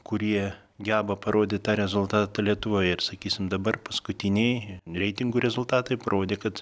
kurie geba parodyt tą rezultatą lietuvoje ir sakysim dabar paskutiniai reitingų rezultatai parodė kad